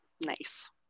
nice